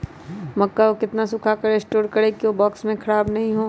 मक्का को कितना सूखा कर स्टोर करें की ओ बॉक्स में ख़राब नहीं हो?